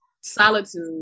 solitude